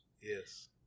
Yes